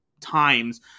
times